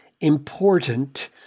important